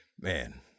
man